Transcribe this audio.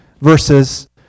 versus